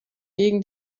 gegen